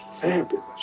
fabulous